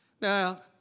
Now